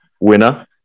winner